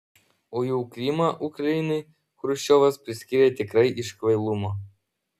o jau krymą ukrainai chruščiovas priskyrė tikrai iš kvailumo